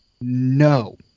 no